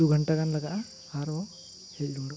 ᱫᱩ ᱜᱷᱟᱱᱴᱟ ᱜᱟᱱ ᱞᱟᱜᱼᱟ ᱟᱨ ᱵᱚ ᱦᱮᱡ ᱨᱩᱣᱟᱹᱲᱚᱜᱼᱟ